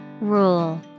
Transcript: Rule